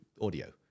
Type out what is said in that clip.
audio